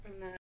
No